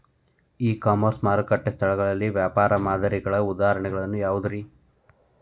E commerce ಮಾರುಕಟ್ಟೆ ಸ್ಥಳಗಳಿಗೆ ವ್ಯಾಪಾರ ಮಾದರಿಗಳ ಉದಾಹರಣೆಗಳು ಯಾವವುರೇ?